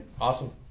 awesome